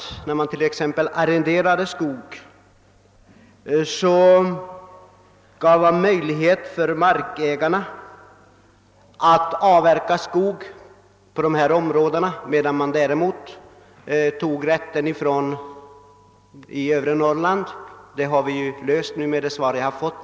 När t.ex. skog arrenderades inom andra delar av landet gavs markägaren tillstånd att avverka skog, medan denna rätt däremot inte fick tilllämpning i övre Norrland. Denna fråga är nu, enligt försvarsministerns svar, löst.